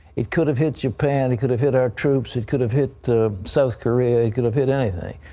it could have hit japan. it could have hit our troops. it could have hit south korea. it could have hit anything.